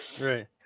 right